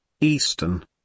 eastern